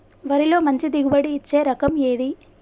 వరిలో మంచి దిగుబడి ఇచ్చే రకం ఏది?